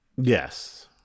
Yes